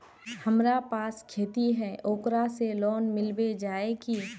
हमरा पास खेती है ओकरा से लोन मिलबे जाए की?